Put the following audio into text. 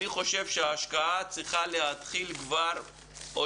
ההשקעה צריכה להתחיל כבר עם